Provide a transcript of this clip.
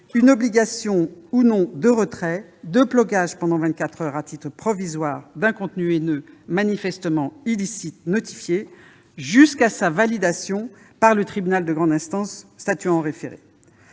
une obligation de retrait ou de blocage en vingt-quatre heures à titre provisoire d'un contenu haineux manifestement illicite notifié, jusqu'à sa validation par le tribunal de grande instance statuant en référé.